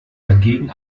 dagegen